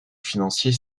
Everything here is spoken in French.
financier